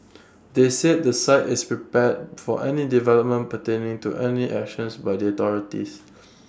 they said the site is prepared for any developments pertaining to any action by the authorities